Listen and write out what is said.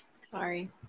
Sorry